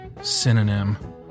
Synonym